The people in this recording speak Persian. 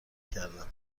کردن